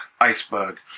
iceberg